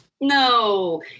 No